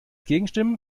gegenstimmen